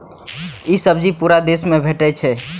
ई सब्जी पूरा देश मे भेटै छै